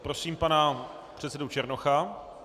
Prosím pana předsedu Černocha.